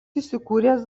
įsikūręs